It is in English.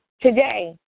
today